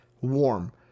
warm